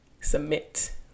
submit